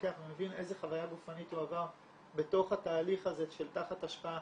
מתפכח ומבין איזו חוויה גופנית הוא עבר בתוך התהליך הזה של תחת השפעה